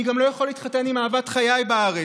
אני גם לא יכול להתחתן עם אהבת חיי בארץ.